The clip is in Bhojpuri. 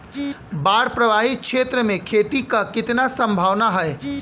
बाढ़ प्रभावित क्षेत्र में खेती क कितना सम्भावना हैं?